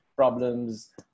problems